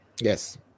Yes